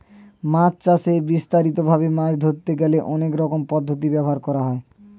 মাছ চাষে বিস্তারিত ভাবে মাছ ধরতে গেলে অনেক রকমের পদ্ধতি ব্যবহার করা হয়